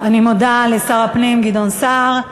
אני מודה לשר הפנים גדעון סער.